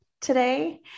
today